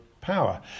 power